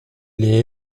les